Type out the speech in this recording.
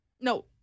No